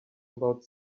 about